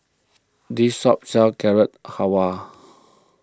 this shop sells Carrot Halwa